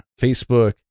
Facebook